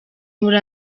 muri